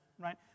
Right